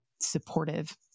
supportive